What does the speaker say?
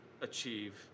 Achieve